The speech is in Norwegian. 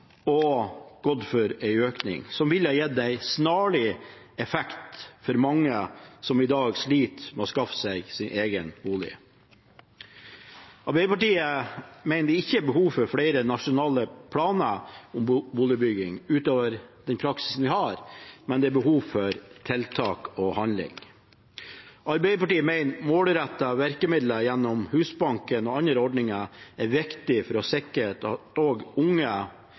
og gått for en økning, som ville gitt en snarlig effekt for mange som i dag sliter med å skaffe seg egen bolig. Arbeiderpartiet mener det ikke er behov for flere nasjonale planer om boligbygging, utover det som allerede er praksis, men det er behov for tiltak og handling. Arbeiderpartiet mener at målrettede virkemidler gjennom Husbanken og andre ordninger er viktig for å sikre at også unge,